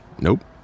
Nope